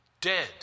dead